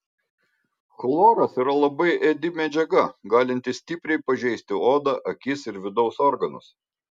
chloras yra labai ėdi medžiaga galinti stipriai pažeisti odą akis ir vidaus organus